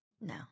No